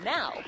Now